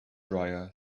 dryer